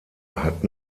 hat